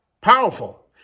Powerful